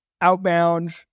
outbound